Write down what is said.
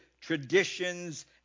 traditions